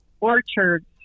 orchards